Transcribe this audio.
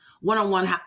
one-on-one